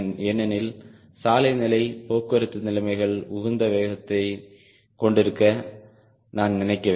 ஏனெனில் சாலை நிலை போக்குவரத்து நிலைமைகள் உகந்த வேகத்தைக் கொண்டிருக்க நான் நினைக்கவில்லை